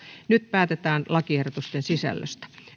nyt päätetään lakiehdotusten sisällöstä